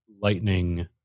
lightning